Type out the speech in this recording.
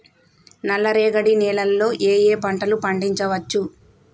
నల్లరేగడి నేల లో ఏ ఏ పంట లు పండించచ్చు?